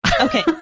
Okay